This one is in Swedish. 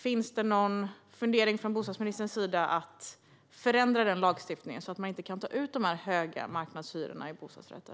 Finns det någon fundering från bostadsministerns sida att förändra den lagstiftningen så att man inte kan ta ut de här höga marknadshyrorna för bostadsrätter?